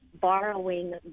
borrowing